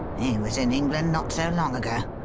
he was in england not so long ago.